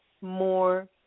more